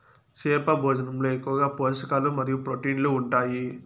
చేప భోజనంలో ఎక్కువగా పోషకాలు మరియు ప్రోటీన్లు ఉంటాయి